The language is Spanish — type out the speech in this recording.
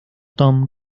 tom